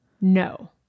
no